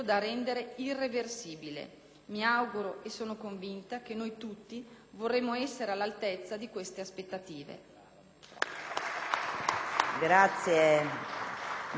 Mi auguro, e sono convinta, che noi tutti vorremo essere all'altezza di queste aspettative.